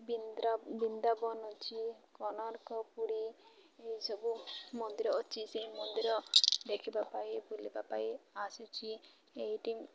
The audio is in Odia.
ବିନ୍ଦ ବୃନ୍ଦାବନ ଅଛି କୋଣାର୍କ ପୁରୀ ଏସବୁ ମନ୍ଦିର ଅଛି ସେଇ ମନ୍ଦିର ଦେଖିବା ପାଇଁ ବୁଲିବା ପାଇଁ ଆସୁଛି ଏଇଠି